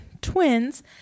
twins